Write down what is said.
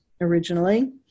originally